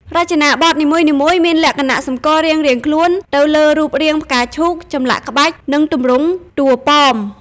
រចនាបថនីមួយៗមានលក្ខណៈសម្គាល់រៀងៗខ្លួន ទៅលើរូបរាងផ្កាឈូក ចម្លាក់ក្បាច់ និងទម្រង់តួប៉ម។